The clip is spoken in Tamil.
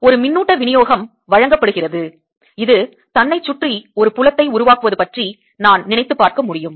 ஒரு மின்னூட்ட விநியோகம் வழங்கப்படுகிறது இது தன்னை சுற்றி ஒரு புலத்தை உருவாக்குவது பற்றி நான் நினைத்துப் பார்க்க முடியும்